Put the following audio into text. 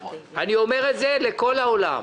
אני אומר את זה לכל העולם: